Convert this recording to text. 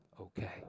okay